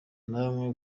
namwe